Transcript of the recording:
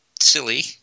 silly